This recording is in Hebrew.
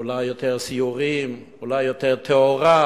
אולי יותר סיורים, אולי יותר תאורה.